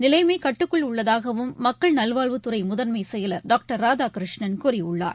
நிலைமை கட்டுக்குள் உள்ளதாகவும் மக்கள் நல்வாழ்வுத் துறை முதன்மை செயலர் டாக்டர் ராதாகிருஷ்ணன் கூறியுள்ளார்